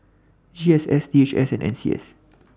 GSS DHS and NCS